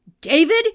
David